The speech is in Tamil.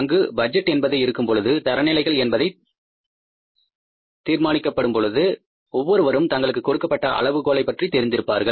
அங்கு பட்ஜெட் என்பது இருக்கும் பொழுது தரநிலைகள் என்பதை தீர்மானிக்கப்படும்பொழுது ஒவ்வொருவரும் தங்களுக்கு கொடுக்கப்பட்ட அளவுகோலை பற்றி தெரிந்திருப்பார்கள்